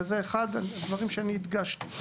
וזה אחד הדברים שאני הדגשתי.